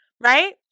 right